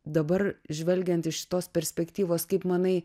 dabar žvelgiant iš šitos perspektyvos kaip manai